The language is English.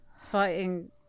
fighting